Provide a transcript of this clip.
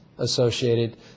associated